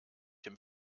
dem